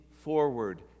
forward